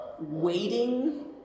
waiting